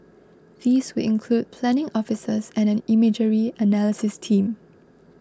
these will include planning officers and an imagery analysis team